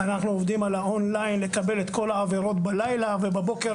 אנחנו עובדים על ה-און ליין לקבל את כל העבירות בלילה ובבוקר